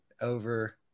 over